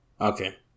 Okay